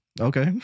Okay